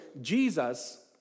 Jesus